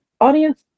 audience